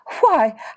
Why